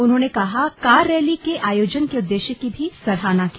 उन्होंने car rally के आयोजन के उद्देश्य की सराहना की